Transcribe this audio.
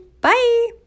Bye